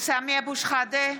סמי אבו שחאדה,